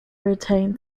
retain